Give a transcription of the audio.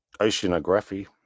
oceanography